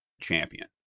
champion